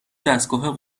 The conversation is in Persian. دستگاه